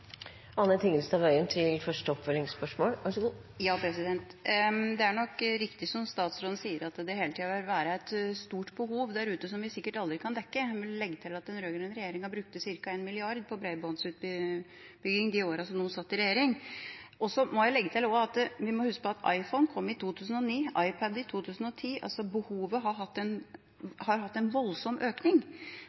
Det er nok riktig som statsråden sier, at det hele tida vil være et stort behov der ute, som vi sikkert aldri kan dekke, men jeg vil legge til at den rød-grønne regjeringa brukte ca. 1 mrd. kr på bredbåndsutbygging i de årene de satt i regjering. Så vil jeg også legge til at vi må huske på at iPhone kom i 2009, iPad i 2010, altså har behovet hatt en voldsom økning.